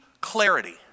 clarity